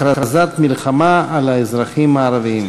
הכרזת מלחמה על האזרחים הערבים.